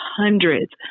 hundreds